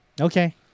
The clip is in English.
Okay